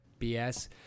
BS